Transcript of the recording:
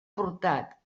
portat